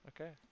Okay